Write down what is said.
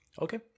Okay